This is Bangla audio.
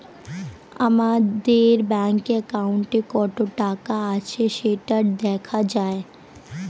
আমাদের ব্যাঙ্কের অ্যাকাউন্টে কত টাকা আছে সেটা দেখা যায়